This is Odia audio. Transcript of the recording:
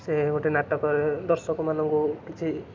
ସେ ଗୋଟେ ନାଟକ ଦର୍ଶକ ମାନଙ୍କୁ କିଛି